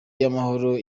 y’amahoro